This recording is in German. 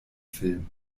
film